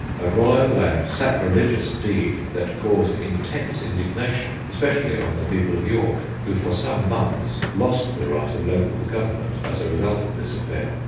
a royal and sacrilegious deed that caused intense indignation especially among the people of york, who for some months lost the right of local government as a result of this affair.